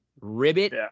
Ribbit